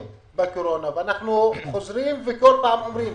בתקופת הקורונה ואנחנו חוזרים וכל פעם אומרים